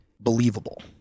believable